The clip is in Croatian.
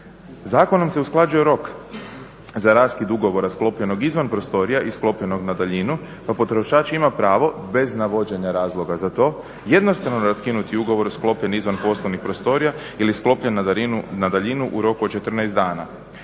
Zakonom se usklađuje rok za raskid ugovora sklopljenog izvan prostorija i sklopljenog na daljinu pa potrošač ima pravo bez navođenja razloga za to jednostrano raskinuti ugovor sklopljen izvan poslovnih prostorija ili sklopljen na daljinu u roku od 14 dana.